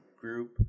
group